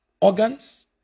organs